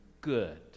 good